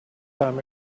time